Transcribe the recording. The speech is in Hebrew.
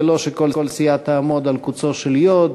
ולא שכל סיעה תעמוד על קוצו של יו"ד